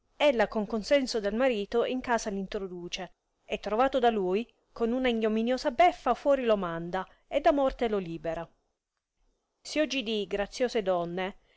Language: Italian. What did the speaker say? ella con consenso del marito in casa v introduce e trovato da lui con una ignominiosa beffa lo manda e da morte lo libera